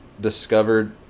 discovered